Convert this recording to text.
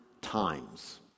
times